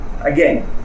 Again